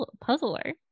puzzler